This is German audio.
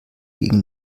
gegen